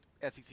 SEC